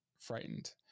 frightened